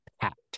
packed